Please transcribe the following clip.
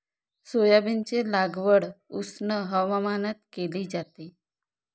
सोयाबीनची लागवड उष्ण हवामानात केली जाते